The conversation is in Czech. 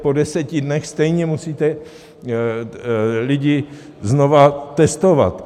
po 10 dnech stejně musíte lidi znovu testovat.